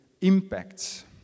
impacts